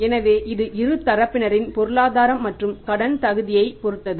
எனவே இது இரு தரப்பினரின் பொருளாதாரம் மற்றும் கடன் தகுதியையும் பொருத்தது